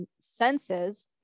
senses